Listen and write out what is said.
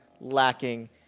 lacking